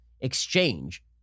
exchange